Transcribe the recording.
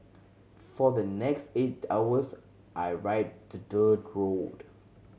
for the next eight hours I ride the dirt road